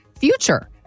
future